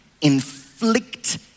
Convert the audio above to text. inflict